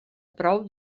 prou